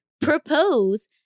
propose